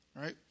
right